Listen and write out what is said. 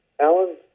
Alan